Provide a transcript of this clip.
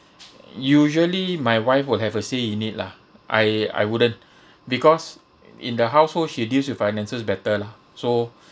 usually my wife will have a say in it lah I I wouldn't because in the household she deals with finances better lah so